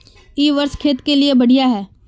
इ वर्षा खेत के लिए बढ़िया है?